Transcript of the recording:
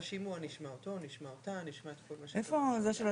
איפה מינהל